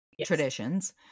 traditions